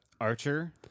Archer